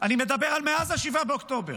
אני מדבר על מאז 7 באוקטובר,